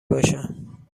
باشند